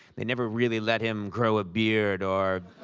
they never really let him grow a beard or